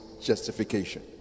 justification